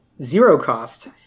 zero-cost